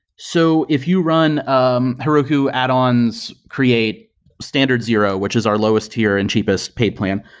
so if you run um heroku add-ons create standard zero, which is our lowest here and cheapest paid plan,